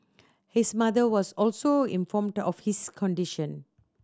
his mother was also informed of his condition